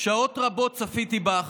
שעות רבות צפיתי בך,